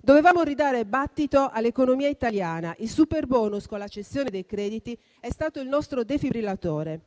Dovevamo ridare battito all'economia italiana; il superbonus, con la cessione dei crediti, è stato il nostro defibrillatore.